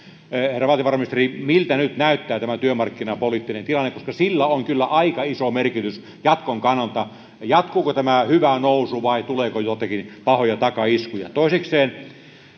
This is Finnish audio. herra valtiovarainministeri miltä nyt näyttää tämä työmarkkinapoliittinen tilanne koska sillä on kyllä aika iso merkitys jatkon kannalta jatkuuko tämä hyvä nousu vai tuleeko joitakin pahoja takaiskuja toisekseen